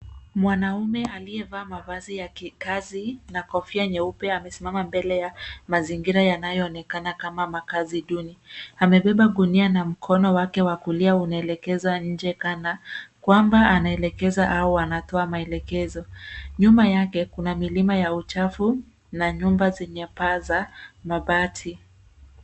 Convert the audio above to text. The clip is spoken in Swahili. Mwanaume aliyevaa mavazi ya kikazi na kofia nyeupe amesimama mbele ya mazingira yanayoonekana kama makazi duni. Amebeba gunia na mkono wake wa kulia unaelekeza nje kana kwamba anaelekeza au anatoa maelekezo. Nyuma yake, kuna milima ya uchafu na nyumba zenye paa za mabati.